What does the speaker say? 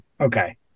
Okay